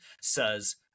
says